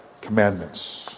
commandments